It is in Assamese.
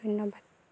ধন্যবাদ